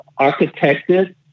architected